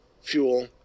fuel